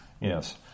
yes